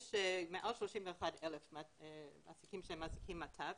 יש מעל 31 אלף מעסיקים שהם מעסיקים מטבים.